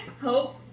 hope